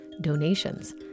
donations